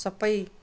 सबै